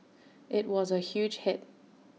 IT was A huge hit